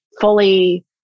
fully